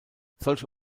solche